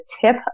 tip